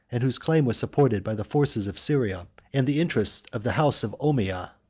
and whose claim was supported by the forces of syria and the interest of the house of ommiyah.